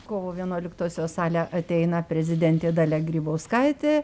kovo vienuoliktosios salę ateina prezidentė dalia grybauskaitė